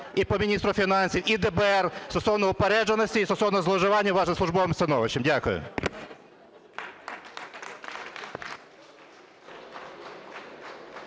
і по міністру фінансів, і в ДБР стосовно упередженості і стосовно зловживання вашим службовим становищем. Дякую.